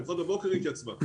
למוחרת בבוקר היא התייצבה.